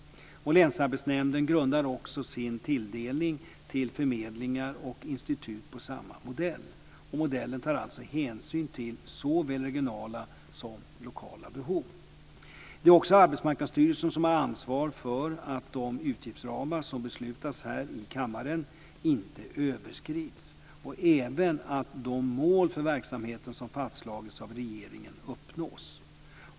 Länsarbetsnämnden grundar också sin tilldelning till förmedlingar och institut på samma modell. Modellen tar alltså hänsyn till såväl regionala som lokala behov. Det är också Arbetsmarknadsstyrelsen som har ansvar för att de utgiftsramar som beslutats här i kammaren inte överskrids och även att de mål för verksamheten som fastslagits av regeringen uppnås.